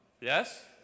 Yes